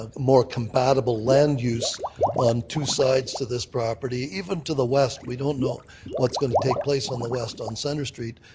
ah more compatible land use on two sides to this property, even to the west, we don't know what's going to take place on the west on centre street,